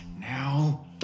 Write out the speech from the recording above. Now